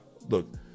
look